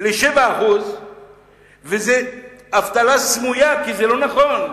ל-7% וזו אבטלה סמויה, וזה לא נכון,